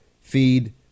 feed